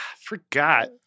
forgot